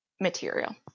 material